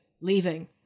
leaving